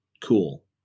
cool